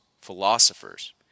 philosophers